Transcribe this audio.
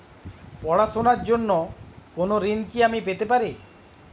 পড়াশোনা র জন্য কোনো ঋণ কি আমি পেতে পারি?